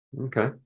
Okay